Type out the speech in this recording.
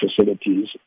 facilities